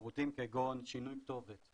שירותים כגון שינוי כתובת.